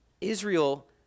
Israel